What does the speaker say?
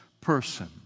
person